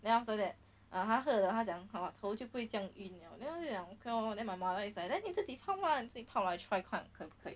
then after that 她喝了她讲 hor 头就不会这样晕了 then 我就讲 okay lor then my mother is then 你自己泡泡自己泡来 try 看可不可以